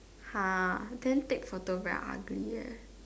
!huh! then take photo very ugly leh